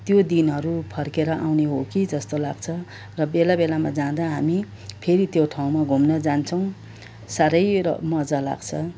त्यो दिनहरू फर्केर आउने हो कि जस्तो लाग्छ र बेला बेलामा जाँदा हामी फेरि त्यो ठाँउमा घुम्नु जान्छौँ साह्रै मजा लाग्छ